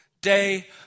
day